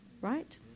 Right